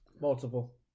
Multiple